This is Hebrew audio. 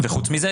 חוץ מזה,